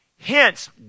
Hence